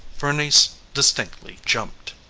bernice distinctly jumped.